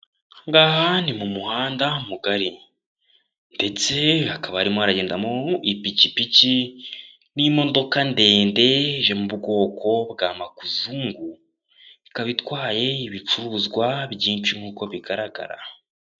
Aha ngaha ni mu muhanda mugari ndetse hakaba harimo haragenda mu ipikipiki n'imodoka ndende yo mu bwoko bwa makuzungu, ikaba itwaye ibicuruzwa byinshi nk'uko bigaragara.